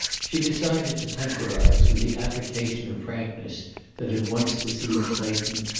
she decided to temporize, with the affectation of frankness that had once deceived clayton,